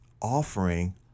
offering